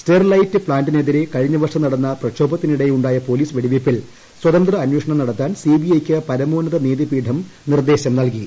Sterlite പ്ലാന്റിനെതിരെ കഴിഞ്ഞവർഷം നടന്ന പ്രക്ഷോഭത്തിനിടെയും ായ പോലീസ് വെടിവെയ്പ്പിൽ സ്വതന്ത്ര അന്വേഷണം നടത്താൻ സിബിഐയ്ക്ക് പരമോന്നത നീതിപീഠം നിർദ്ദേശം നൽകി